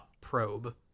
Probe